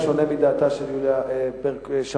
בשונה מדעתה של שמאלוב-ברקוביץ,